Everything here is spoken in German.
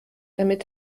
damit